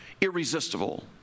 irresistible